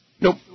Nope